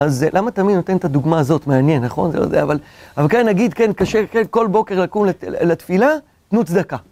אז למה תמיד נותן את הדוגמה הזאת? מעניין, נכון? זה לא זה, אבל... אבל כן, נגיד, כן, קשה, כן, כל בוקר לקום לת... לתפילה? תנו צדקה.